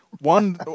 One